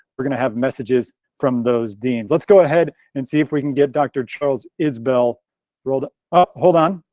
we're gonna have messages from those deans. let's go ahead and see if we can get dr. charles isbell rolled up, hold on,